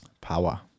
Power